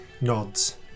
nods